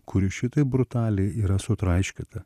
kuri šitaip brutaliai yra sutraiškyta